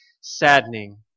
saddening